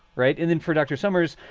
right. and then for dr. summers,